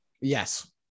yes